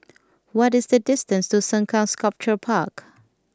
what is the distance to Sengkang Sculpture Park